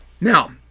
Now